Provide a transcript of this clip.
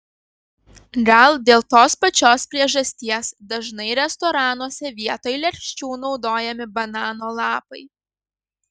gal dėl tos pačios priežasties dažnai restoranuose vietoj lėkščių naudojami banano lapai